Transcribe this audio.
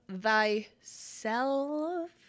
thyself